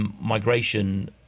migration